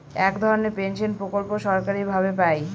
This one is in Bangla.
এক ধরনের পেনশন প্রকল্প সরকারি ভাবে পাই